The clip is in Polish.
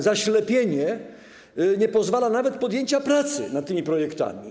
Zaślepienie nie pozwala nawet na podjęcie pracy nad tymi projektami.